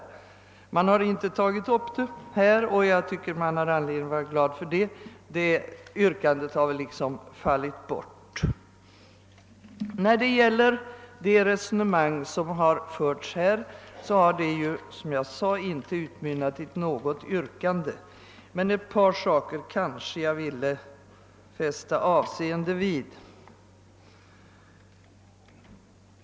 Den frågan har alltså inte nu varit uppe till debatt, och det anser jag att man har anledning att vara glad för. Under diskussionen om detta utlåtande har ännu inte framställts något säryrkande, men jag anser ändå att det finns anledning att nämna ännu ett par saker.